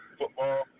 football